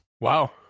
Wow